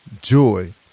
joy